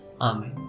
Amen